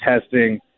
testing